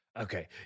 Okay